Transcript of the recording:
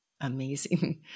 Amazing